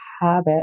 habit